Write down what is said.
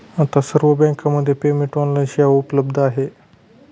आता सर्व बँकांमध्ये पेमेंट ऑनलाइन सेवा उपलब्ध आहे